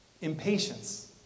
impatience